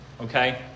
Okay